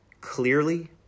clearly